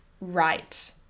right